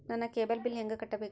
ನನ್ನ cable bill ಹೆಂಗ ಕಟ್ಟಬೇಕು?